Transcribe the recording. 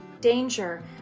Danger